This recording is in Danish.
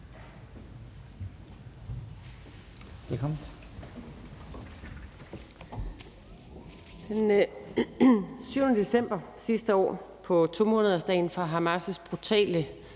Den 7. december sidste år på 2-månedersdagen for Hamas' brutale